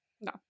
No